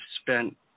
spent